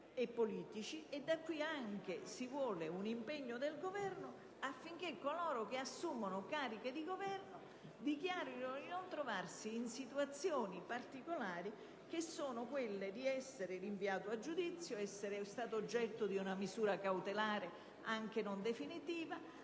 e politici. Da qui si vuole anche un impegno del Governo, affinché coloro che assumono cariche di Governo dichiarino di non trovarsi in situazioni particolari, quali quelle di essere rinviato a giudizio, essere stato oggetto di una misura cautelare, anche non definitiva,